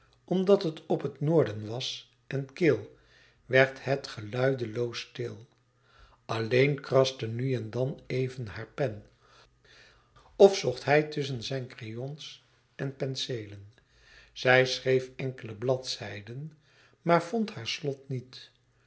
omdat het op het noorden was en kil werd het geluidenloos stil alleen kraste nu en dan even hare pen of zocht hij tusschen zijn crayons en penseelen zij schreef enkele bladzijden maar vond haar slot niet